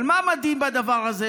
אבל מה מדהים בדבר הזה?